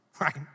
right